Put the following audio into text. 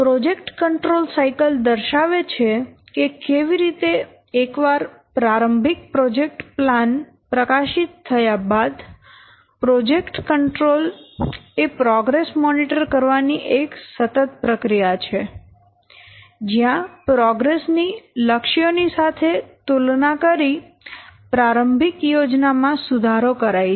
project control cycle દર્શાવે છે કે કેવી રીતે એકવાર પ્રારંભિક પ્રોજેક્ટ પ્લાન પ્રકાશિત થયા બાદ પ્રોજેક્ટ કંટ્રોલ એ પ્રોગ્રેસ મોનીટર કરવાની એક સતત પ્રક્રિયા છે જ્યાં પ્રોગ્રેસ ની લક્ષ્યો ની સાથે તુલના કરી પ્રારંભિક યોજના માં સુધારો કરાય છે